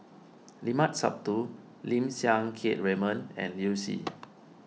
Limat Sabtu Lim Siang Keat Raymond and Liu Si